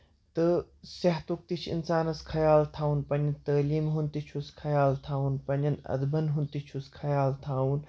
تہٕ صحتُک تہِ چھُ اِنسانَس خیال تھاوُن پنٕنہِ تٲلیٖم ہُنٛد تہِ چھُس خَیال تھاوُن پنٕنٮ۪ن اَدبَن ہُنٛد تہِ چھُس خیال تھاوُن